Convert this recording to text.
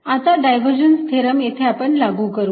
आता divergence theorem येथे आपण लागू करू